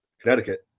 Connecticut